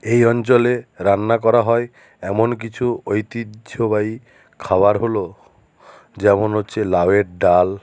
এই অঞ্চলে রান্না করা হয় এমন কিছু ঐতিহ্যবাহী খাবার হলো যেমন হচ্ছে লাউয়ের ডাল